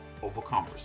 overcomers